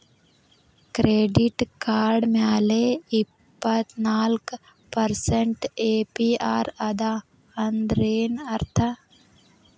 Credit card ಮ್ಯಾಲೆ ಇಪ್ಪತ್ನಾಲ್ಕ್ percent APR ಅದ ಅಂದ್ರೇನ್ ಅರ್ಥ?